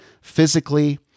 physically